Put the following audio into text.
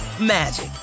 magic